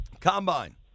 Combine